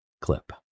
clip